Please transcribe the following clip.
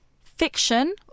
fiction